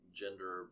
gender